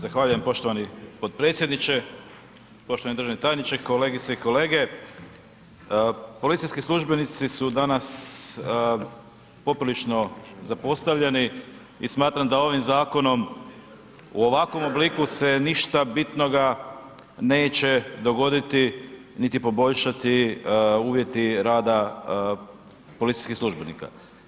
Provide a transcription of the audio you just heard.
Zahvaljujem poštovani potpredsjedniče, poštovani državni tajniče, kolegice i kolege, policijski službenici su danas poprilično zapostavljeni i smatram da ovim zakonom u ovakvom obliku se ništa bitnoga neće dogoditi niti poboljšati uvjeti rada policijskih službenika.